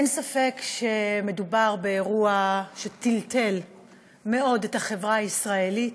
אין ספק שמדובר באירוע שטלטל מאוד את החברה הישראלית,